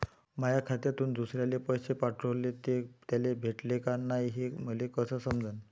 माया खात्यातून दुसऱ्याले पैसे पाठवले, ते त्याले भेटले का नाय हे मले कस समजन?